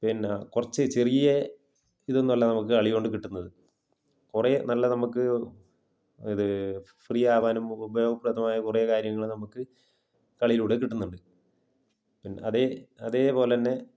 പിന്നെ കുറച്ച് ചെറിയ ഇതൊന്നും അല്ല നമുക്ക് കളി കൊണ്ട് കിട്ടുന്നത് കുറേ നല്ല നമുക്ക് ഇത് ഫ്രീയാവാനും ഉപയോഗപ്രദമായ കുറേ കാര്യങ്ങൾ നമുക്ക് കളിയിലൂടെ കിട്ടുന്നുണ്ട് പിന്നെ അതേ അതേപോലെ തന്നെ